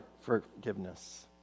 forgiveness